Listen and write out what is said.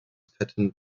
patten